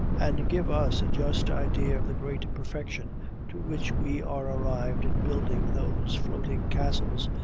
and give us a just idea of the great perfection to which we are arrived in building those floating castles,